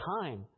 time